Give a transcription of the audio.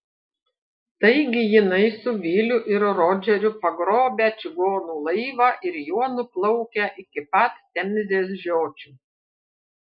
taigi jinai su viliu ir rodžeriu pagrobę čigonų laivą ir juo nuplaukę iki pat temzės žiočių